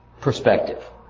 perspective